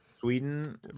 sweden